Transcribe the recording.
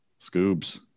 Scoobs